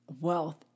wealth